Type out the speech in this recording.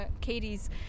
Katie's